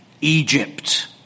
Egypt